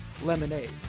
lemonade